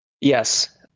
Yes